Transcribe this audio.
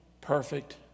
perfect